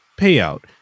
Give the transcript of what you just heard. payout